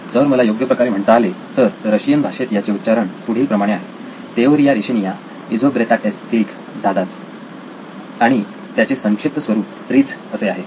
जर मला योग्य प्रकारे म्हणता आले तर रशियन भाषेत याचे उच्चारण पुढील प्रमाणे आहे तेओरिया रेशेनिया इझोब्रेताटेल्स्कीख झादात्च आणि त्याचे संक्षिप्त स्वरूप ट्रीझ असे आहे